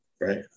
right